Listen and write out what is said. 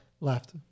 Left